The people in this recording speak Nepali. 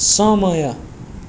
समय